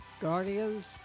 guardians